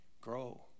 grow